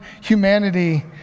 humanity